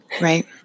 Right